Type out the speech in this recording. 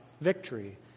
victory